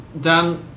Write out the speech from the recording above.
Dan